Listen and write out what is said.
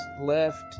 left